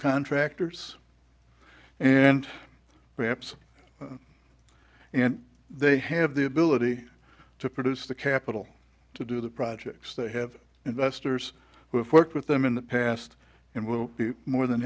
contractors and perhaps and they have the ability to produce the capital to do the projects they have investors who have worked with them in the past and will be more than